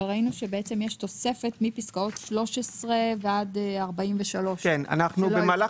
אבל ראינו שיש תוספת מפסקות 13 עד 43. במהלך